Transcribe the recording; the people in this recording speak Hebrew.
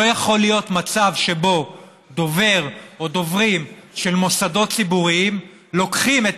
לא יכול להיות מצב שבו דובר או דוברים של מוסדות ציבוריים לוקחים את